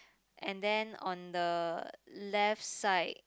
and then on the left side